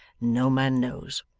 no man knows.